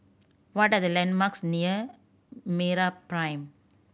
what are the landmarks near MeraPrime